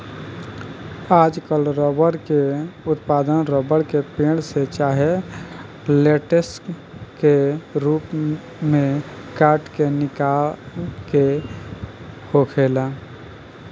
आजकल रबर के उत्पादन रबर के पेड़, से चाहे लेटेक्स के रूप में काट के निकाल के होखेला